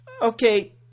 okay